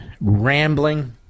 rambling